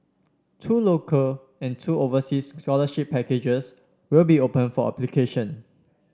two local and two overseas scholarship packages will be open for application